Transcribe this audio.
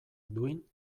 duin